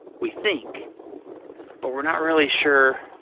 we think but we're not really sure.